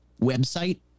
website